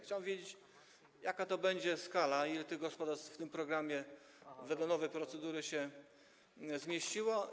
Chciałbym wiedzieć, jaka to będzie skala, ile tych gospodarstw w tym programie wedle nowej procedury się zmieściło.